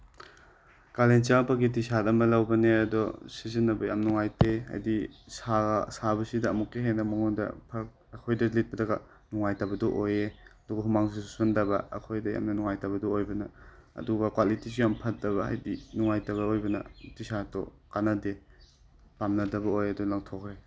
ꯀꯥꯂꯦꯟ ꯆꯪꯉꯛꯄꯒꯤ T shirt ꯑꯃ ꯂꯧꯕꯅꯦ ꯑꯗꯣ ꯁꯤꯖꯤꯟꯅꯕ ꯌꯥꯝ ꯅꯨꯡꯉꯥꯏꯇꯦ ꯍꯥꯏꯕꯗꯤ ꯁꯥꯕꯁꯤꯗ ꯑꯃꯨꯛꯀ ꯍꯦꯟꯅ ꯃꯉꯣꯟꯗ ꯑꯩꯈꯣꯏꯗ ꯂꯤꯠꯄꯗꯒ ꯅꯨꯡꯉꯥꯏꯇꯕꯗꯣ ꯑꯣꯏꯌꯦ ꯑꯗꯨꯒ ꯍꯨꯃꯥꯡꯁꯨ ꯆꯨꯞꯁꯤꯟꯗꯕ ꯑꯩꯈꯣꯏꯗ ꯌꯥꯝꯅ ꯅꯨꯡꯉꯥꯏꯇꯕꯗꯨ ꯑꯣꯏꯕꯅ ꯑꯗꯨꯒ ꯀ꯭ꯋꯥꯂꯤꯇꯤꯁꯨ ꯌꯥꯝꯅ ꯐꯠꯇꯕ ꯍꯥꯏꯕꯗꯤ ꯅꯨꯡꯉꯥꯏꯇꯕ ꯑꯣꯏꯕꯅ ꯇꯤ ꯁꯥꯔꯠꯇꯣ ꯀꯥꯟꯅꯗꯦ ꯄꯥꯝꯅꯗꯗꯕ ꯑꯣꯏ ꯑꯗꯨꯅ ꯂꯪꯊꯣꯛꯈ꯭ꯔꯦ